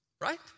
right